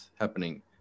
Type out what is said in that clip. happening